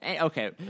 Okay